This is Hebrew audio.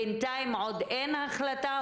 בינתיים עוד אין החלטה,